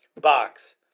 box